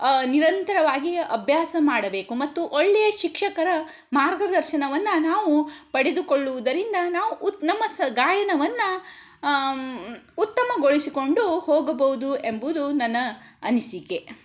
ನಿರಂತರವಾಗಿ ಅಭ್ಯಾಸ ಮಾಡಬೇಕು ಮತ್ತು ಒಳ್ಳೆ ಶಿಕ್ಷಕರ ಮಾರ್ಗದರ್ಶನವನ್ನು ನಾವು ಪಡೆದುಕೊಳ್ಳುವುದರಿಂದ ನಾವು ನಮ್ಮ ಗಾಯನವನ್ನು ಉತ್ತಮಗೊಳಿಸಿಕೊಂಡು ಹೋಗಬೋದು ಎಂಬುದು ನನ್ನ ಅನಿಸಿಕೆ